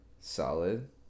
Solid